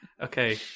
Okay